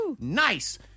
Nice